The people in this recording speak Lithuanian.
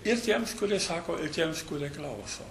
ir tiems kurie sako ir tiems kurie klauso